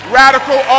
radical